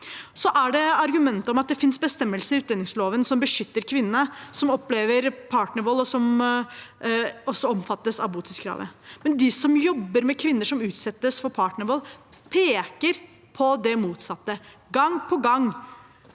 volden. Til argumentet om at det finnes bestemmelser i utlendingsloven som beskytter kvinnene som opplever partnervold, og som også omfattes av botidskravet: De som jobber med kvinner som utsettes for partnervold, peker på det motsatte – gang på gang